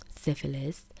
syphilis